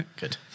Good